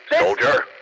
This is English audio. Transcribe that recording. Soldier